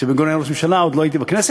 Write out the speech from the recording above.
כשבן-גוריון היה ראש ממשלה עוד לא הייתי בכנסת,